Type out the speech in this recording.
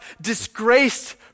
disgraced